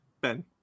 Ben